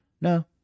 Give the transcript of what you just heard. No